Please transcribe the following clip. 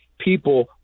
people